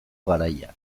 garaia